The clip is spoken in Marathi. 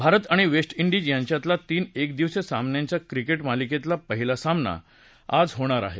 भारत आणि वेस्ट डिज यांच्यातल्या तीन एक दिवसीय सामन्यांच्या क्रिकेट मालिकेतला पहिला सामना आज होणार आहे